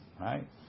right